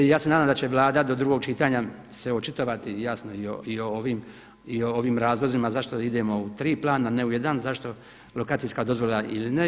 Ja se nadam da će Vlada do drugog čitanja se očitovati jasno i o ovim razlozima zašto idemo u tri plana, ne u jedan, zašto lokacijska dozvola ili ne.